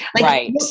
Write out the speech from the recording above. Right